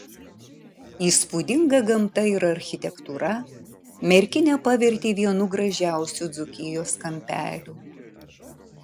įspūdinga gamta ir architektūra merkinę pavertė vienu gražiausių dzūkijos kampelių